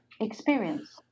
Experience